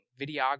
videography